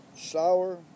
sour